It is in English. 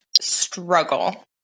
struggle